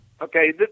Okay